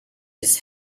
his